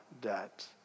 debt